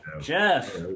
Jeff